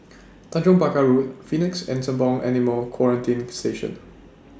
Tanjong Pagar Road Phoenix and Sembawang Animal Quarantine Station